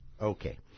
Okay